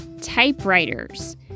typewriters